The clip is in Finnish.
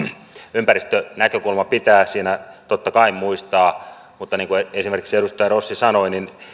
ympäristönäkökulma pitää siinä totta kai muistaa mutta niin kuin esimerkiksi edustaja rossi sanoi